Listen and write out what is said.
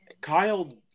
Kyle